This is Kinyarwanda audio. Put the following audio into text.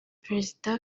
perezida